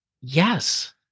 Yes